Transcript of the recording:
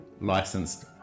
licensed